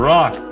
Rock